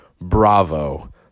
bravo